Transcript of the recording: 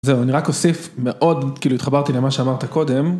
זהו אני רק אוסיף מאוד כאילו התחברתי למה שאמרת קודם.